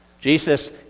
Jesus